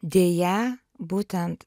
deja būtent